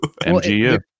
mgu